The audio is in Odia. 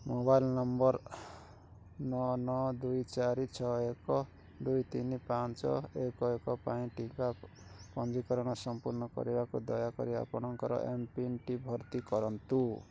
ମୋବାଇଲ୍ ନମ୍ବର୍ ନଅ ନଅ ଦୁଇ ଚାରି ଛଅ ଏକ ଦୁଇ ତିନି ପାଞ୍ଚ ଏକ ଏକ ପାଇଁ ଟିକା ପଞ୍ଜୀକରଣ ସଂପୂର୍ଣ୍ଣ କରିବାକୁ ଦୟାକରି ଆପଣଙ୍କର ଏମ୍ପିନ୍ଟି ଭର୍ତ୍ତି କରନ୍ତୁ